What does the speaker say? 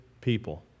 people